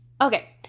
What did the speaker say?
Okay